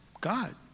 God